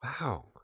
Wow